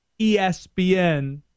ESPN